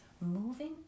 moving